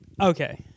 okay